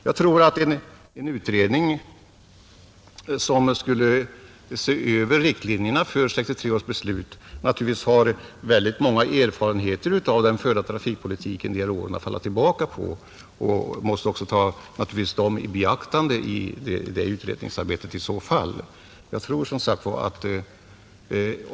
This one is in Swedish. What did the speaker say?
Jag menar att en utredning, som skulle se över riktlinjerna för 1963 års beslut, har många erfarenheter av den förda trafikpolitiken under de här åren att falla tillbaka på, och den måste naturligtvis ta dem i beaktande i sitt arbete.